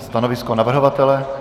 Stanovisko navrhovatele?